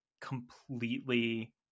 completely